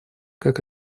как